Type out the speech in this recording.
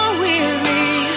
weary